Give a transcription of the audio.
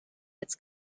its